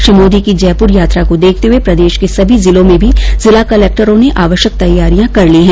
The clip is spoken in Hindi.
श्री मोदी की जयपुर यात्रा को देखते हुए प्रदेश के सभी जिलों में भी जिला कलेक्टरों ने आवश्यक तैयारियां कर ली है